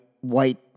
white